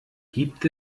gibt